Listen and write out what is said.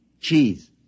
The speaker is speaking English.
Cheese